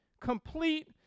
complete